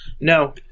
No